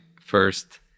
first